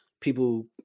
people